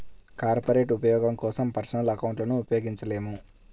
corporate ఉపయోగం కోసం personal అకౌంట్లను ఉపయోగించలేము